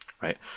right